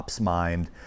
mind